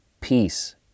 peace